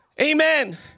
Amen